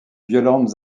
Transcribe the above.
violentes